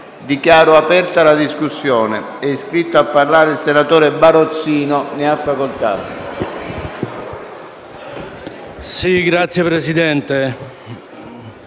Dichiaro aperta la discussione. È iscritto a parlare il senatore Barozzino. Ne ha facoltà.